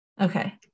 Okay